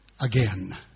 again